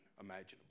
imaginable